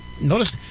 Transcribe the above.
notice